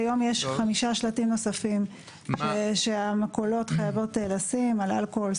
כיום יש חמישה שלטים נוספים שהמכולות חייבות לשים על אלכוהול,